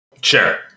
Sure